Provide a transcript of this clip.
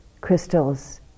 crystals